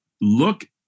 look